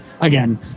again